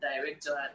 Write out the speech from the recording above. director